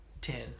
Ten